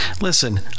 Listen